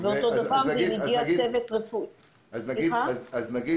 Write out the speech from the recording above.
אותו דבר זה לגבי צוות רפואי --- אז נגיד